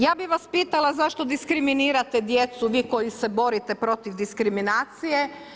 Ja bih vas pitala zašto diskriminirate djecu vi koji se borite protiv diskriminacije.